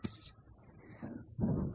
આ હોઈ શકે છે